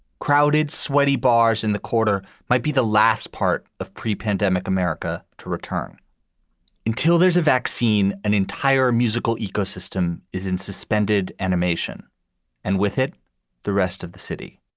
crowded, sweaty bars in the quarter might be the last part of pre pandemic america to return until there's a vaccine. an entire musical ecosystem is in suspended animation and with it the rest of the city